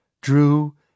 drew